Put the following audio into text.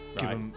Right